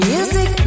Music